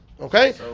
Okay